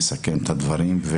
נסכם את הדברים.